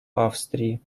австрии